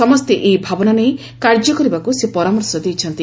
ସମସ୍ତେ ଏହି ଭାବନା ନେଇ କାର୍ଯ୍ୟ କରିବାକୁ ସେ ପରାମର୍ଶ ଦେଇଛନ୍ତି